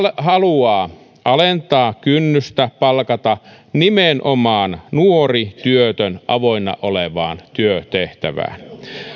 haluaa alentaa kynnystä palkata nimenomaan nuori työtön avoinna olevaan työtehtävään